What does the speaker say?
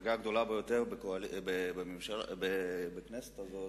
כמפלגה הגדולה ביותר בכנסת הזאת,